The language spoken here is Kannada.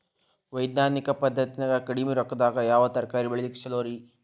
ವೈಜ್ಞಾನಿಕ ಪದ್ಧತಿನ್ಯಾಗ ಕಡಿಮಿ ರೊಕ್ಕದಾಗಾ ಯಾವ ತರಕಾರಿ ಬೆಳಿಲಿಕ್ಕ ಛಲೋರಿ?